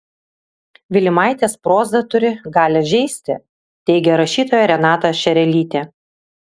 vilimaitės proza turi galią žeisti teigia rašytoja renata šerelytė